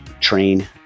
train